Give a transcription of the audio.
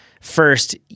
First